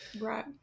right